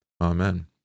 Amen